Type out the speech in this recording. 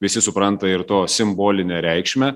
visi supranta ir to simbolinę reikšmę